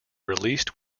released